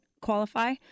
qualify